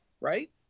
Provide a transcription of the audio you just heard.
right